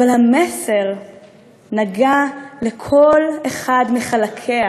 אבל המסר נגע לכל אחד מחלקיה